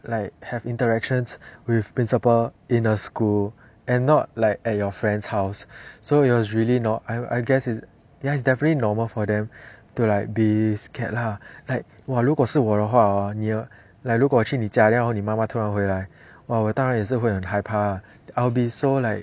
like have interactions with principal in a school and not like at your friend's house so it was really not I I guess is ya it's definitely normal for them to like be scared lah like 我如果是我的话 hor like 如果我去你家你妈妈突然回来我当然也是会很害怕 ah I'll be so like